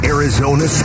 Arizona